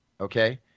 okay